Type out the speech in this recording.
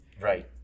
Right